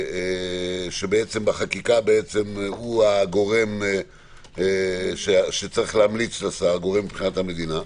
שבחקיקה הוא הגורם מבחינת המדינה שצריך להמליץ לשר,